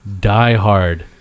diehard